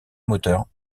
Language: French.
moteur